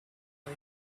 the